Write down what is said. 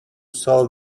solve